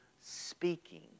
speaking